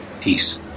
Peace